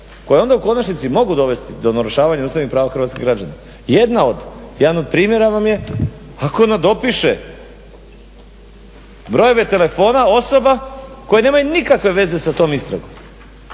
koje onda u konačnici mogu dovesti do narušavanja ustavnih prava hrvatskih građana. Jedna od, jedan od primjera vam je ako nadopiše brojeve telefona osoba koje nemaju nikakve veze sa tom istragom,